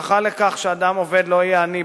הבטחה שאדם עובד לא יהיה עני,